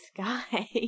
sky